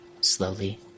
slowly